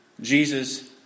Jesus